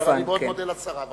אני מאוד מודה לשרה.